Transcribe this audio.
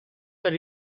per